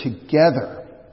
together